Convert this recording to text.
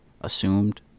assumed